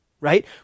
right